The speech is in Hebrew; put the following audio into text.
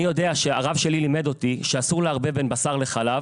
הרב שלי לימד אותי שאסור לערבב בין בשר לחלב,